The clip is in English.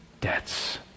debts